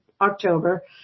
October